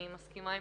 אני מסכימה עם